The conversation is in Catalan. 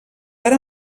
per